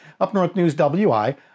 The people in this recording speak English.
UpNorthNewsWI